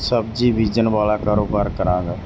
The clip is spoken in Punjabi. ਸਬਜ਼ੀ ਬੀਜਣ ਵਾਲਾ ਕਾਰੋਬਾਰ ਕਰਾਂਗਾ